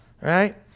Right